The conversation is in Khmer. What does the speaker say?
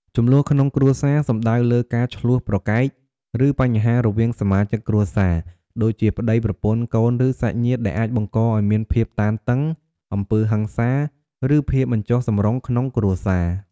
ជម្លោះក្នុងគ្រួសារ សំដៅលើ ការឈ្លោះប្រកែក ឬបញ្ហារវាងសមាជិកគ្រួសារ ដូចជាប្តីប្រពន្ធ កូន ឬសាច់ញាតិ ដែលអាចបង្កឱ្យមានភាពតានតឹង អំពើហិង្សា ឬភាពមិនចុះសម្រុងក្នុងគ្រួសារ។